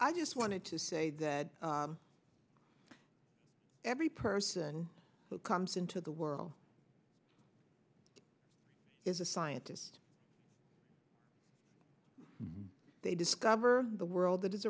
i just wanted to say that every person that comes into the world is a scientist they discover the world that is